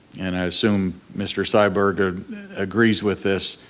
and i assume mr. syberg agrees with this,